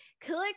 click